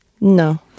No